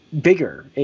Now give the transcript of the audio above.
bigger